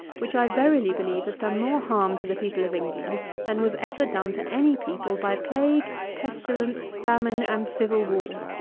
which, i verily believe, has done more harm to the people of england than was ever done to any people by plague, pestilence, famine, and civil war.